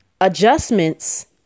adjustments